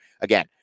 Again